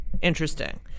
interesting